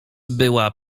była